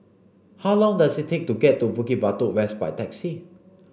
how long does it take to get to Bukit Batok West by taxi